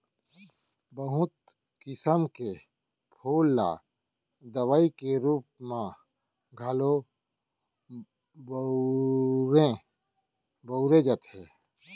बहुत किसम के फूल ल दवई के रूप म घलौ बउरे जाथे